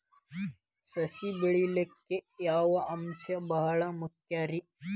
ಸಸಿ ಬೆಳೆಯಾಕ್ ಯಾವ ಅಂಶ ಭಾಳ ಮುಖ್ಯ ರೇ?